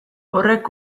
horrek